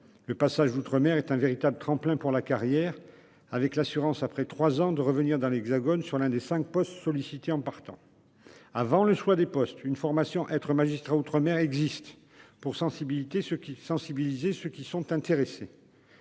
le passage outre-mer est un véritable tremplin pour la carrière, avec l'assurance après trois ans de revenir dans l'Hexagone sur l'un des cinq postes sollicités en partant. Avant les choix de postes, une formation intitulée existe pour sensibiliser ceux qui sont intéressés.